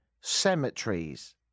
Cemeteries